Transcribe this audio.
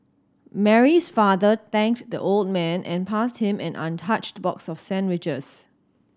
Mary's father thanked the old man and passed him an untouched box of sandwiches